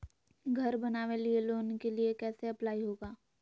घर बनावे लिय लोन के लिए कैसे अप्लाई होगा?